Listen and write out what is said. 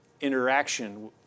interaction